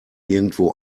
irgendwo